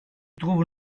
trouve